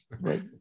right